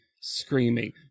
screaming